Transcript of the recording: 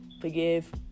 forgive